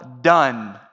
done